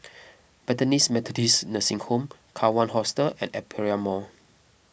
Bethany's Methodist Nursing Home Kawan Hostel and Aperia Mall